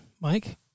Mike